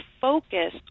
focus